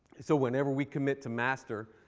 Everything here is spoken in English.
so whenever we commit to master,